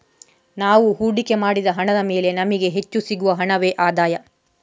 ನಾವು ಹೂಡಿಕೆ ಮಾಡಿದ ಹಣದ ಮೇಲೆ ನಮಿಗೆ ಹೆಚ್ಚು ಸಿಗುವ ಹಣವೇ ಆದಾಯ